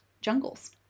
jungles